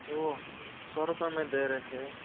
वो सौ रुपए में दे रहे थे